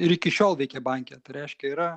iki šiol banke tai reiškia yra